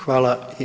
Hvala.